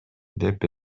деп